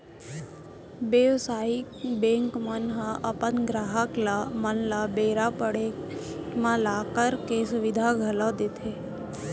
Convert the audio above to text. बेवसायिक बेंक मन ह अपन गराहक मन ल बेरा पड़े म लॉकर के सुबिधा घलौ देथे